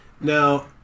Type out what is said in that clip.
Now